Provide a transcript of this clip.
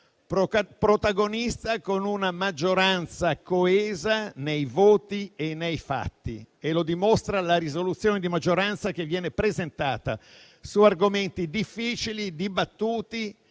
protagonista con una maggioranza coesa nei voti e nei fatti, e lo dimostra la risoluzione di maggioranza che viene presentata su argomenti difficili dibattuti